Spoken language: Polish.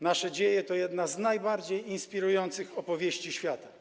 Nasze dzieje to jedna z najbardziej inspirujących opowieści świata.